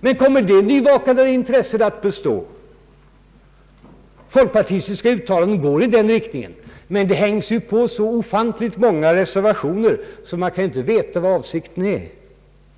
Men kommer det nyvaknade intresset att bestå? Folkpartistiska uttalanden går i den riktningen, men det hängs ju på så ofantligt många reservationer att man inte kan veta vad avsikten är.